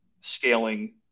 scaling